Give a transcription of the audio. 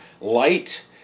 light